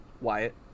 wyatt